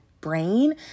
brain